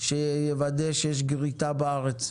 שיוודא שיש גריטה בארץ,